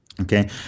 okay